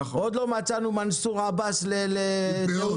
עוד לא מצאנו מנסור עבאס לתאונות.